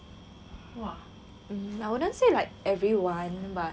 I wouldn't say like everyone but